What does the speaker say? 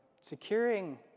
securing